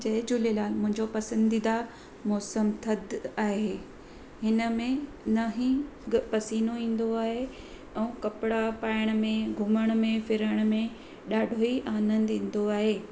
जय झूलेलाल मुंहिजो पसंदीदा मोसम थदि आहे हिनमें न ही ग पसीनो ईंदो आहे ऐं कपिड़ा पाइण में घुमण में फिरण में ॾाढो ई आनंद ईंदो आहे